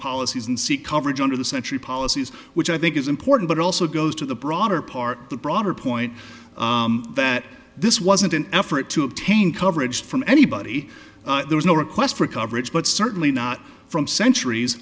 policies and see coverage under the century policies which i think is important but also goes to the broader part the broader point that this wasn't an effort to obtain coverage from anybody there was no request for coverage but certainly not from centuries